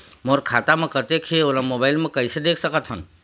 मोर खाता म कतेक हे ओला मोबाइल म कइसे देख सकत हन?